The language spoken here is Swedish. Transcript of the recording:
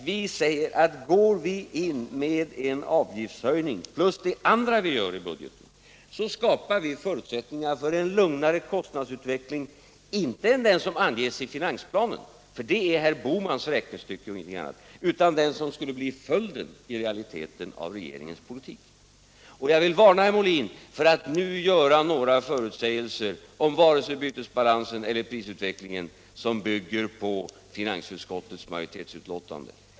Vi säger, att om man går in med en avgiftshöjning plus det andra vi vill göra i budgeten, skapar vi förutsättningar för en lugnare kostnadsutveckling, inte lugnare än den som anges i finansplanen, för det är herr Bohamns räknestycke och ingenting annat, utan lugnare än den som i realiteten skulle bli följden av regeringens politik. Jag vill varna herr Molin för att nu göra några förutsägelser om vare sig bytesbalansen eller prisutvecklingen som bygger på finansutskottets majoritetsuttalande.